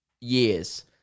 years